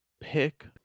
pick